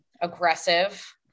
aggressive